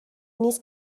نیس